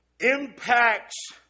Impacts